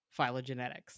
phylogenetics